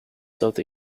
south